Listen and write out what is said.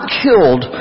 killed